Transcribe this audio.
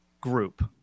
group